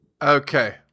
Okay